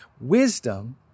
Wisdom